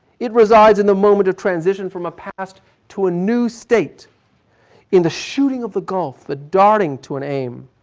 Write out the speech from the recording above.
it resides in the moment of transition from a past to a new state in the shooting of the gulf, gulf, the darting to an aim.